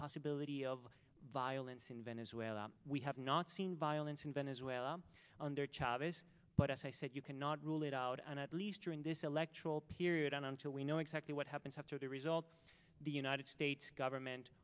possibility of violence in venezuela we have not seen violence in venezuela under charges but as i said you cannot rule it out and at least during this electoral period on until we know exactly what happens after the result the united states government